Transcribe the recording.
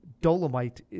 Dolomite